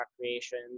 creation